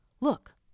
Look